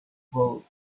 vote